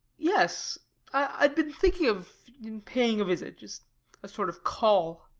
yes i'd been thinking of paying a visit. just a sort of call.